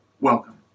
Welcome